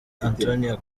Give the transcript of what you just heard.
antonio